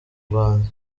rwanda